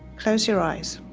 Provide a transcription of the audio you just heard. close your eyes.